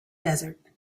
desert